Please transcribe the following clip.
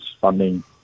funding